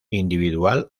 individual